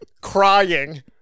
crying